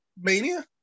mania